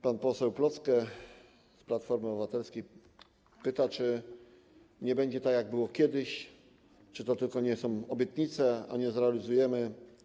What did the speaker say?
Pan poseł Plocke z Platformy Obywatelskiej pyta, czy nie będzie tak, jak było kiedyś, czy to tylko nie są obietnice, a nie zrealizujemy tego.